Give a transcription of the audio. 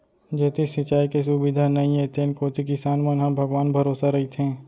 जेती सिंचाई के सुबिधा नइये तेन कोती किसान मन ह भगवान भरोसा रइथें